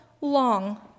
long